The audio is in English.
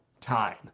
time